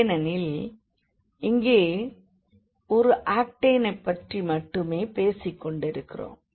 ஏனெனில் இங்கே ஒரு ஆக்டேன் ஐ பற்றி மட்டுமே பேசிக் கொண்டிருக்கிறோம்